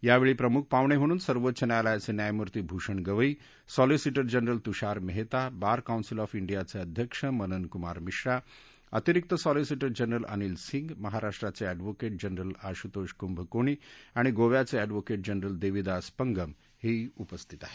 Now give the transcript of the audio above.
यावेळी प्रमुख पाहूणे म्हणून सर्वोच्च न्यायालयाचे न्यायमुर्ती Bhushan Gavai solicitor general Tushar Mehta bar council of डियाचे अध्यक्ष मनन कुमार मिश्रा अतिरिक्त सॉलिसिटर जनरल अनिल सिंग महाराष्ट्राचे अँडव्होकेट जनरल अशुतोष कुंभकोणी आणि गोव्याचे अॅडव्होकेट जनलर देवीदास पंगम हेही उपस्थितीत आहेत